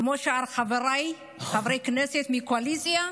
כמו שאר חבריי חברי הכנסת מהקואליציה,